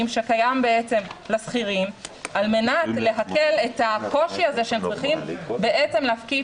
שקיים לשכירים על מנת להקל את הקושי הזה שהם צריכים בעצם להפקיד